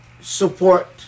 support